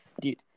Dude